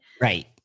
Right